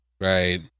right